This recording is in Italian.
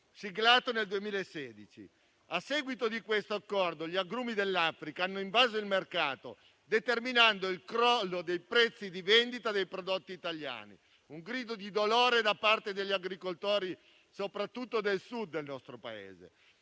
australe. A seguito di questo accordo, gli agrumi dell'Africa hanno invaso il mercato, determinando il crollo dei prezzi di vendita dei prodotti italiani e un grido di dolore da parte degli agricoltori, soprattutto del Sud del nostro Paese.